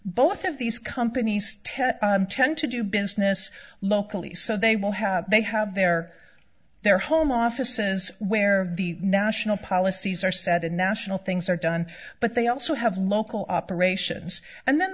both of these companies tend to do business locally so they will have they have their their home offices where the national policies are set and now national things are done but they also have local operations and then